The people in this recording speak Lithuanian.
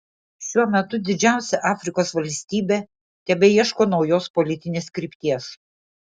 šiuo metu didžiausia afrikos valstybė tebeieško naujos politinės krypties